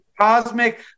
cosmic